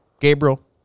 Gabriel